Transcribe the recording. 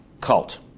cult